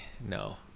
No